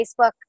facebook